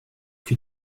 que